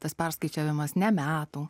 tas perskaičiavimas ne metų